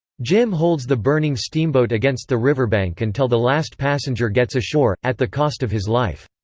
jim holds the burning steamboat against the riverbank until the last passenger gets ashore, at the cost of his life.